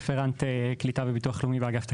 רפרנט קליטה וביטוח לאומי באגף תקציבים.